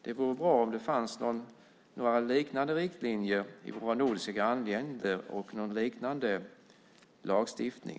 Det vore bra om det fanns några liknande riktlinjer i våra nordiska grannländer och någon liknande lagstiftning.